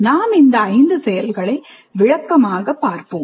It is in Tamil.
நாம் இந்த ஐந்து செயல்களை விளக்கமாக பார்ப்போம்